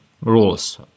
rules